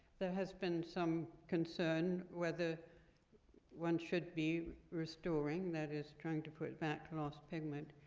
there has been some concern whether one should be restoring, that is trying to put back the lost pigment.